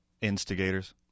Instigators